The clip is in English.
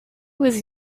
was